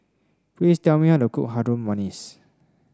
please tell me how to cook Harum Manis